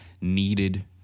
needed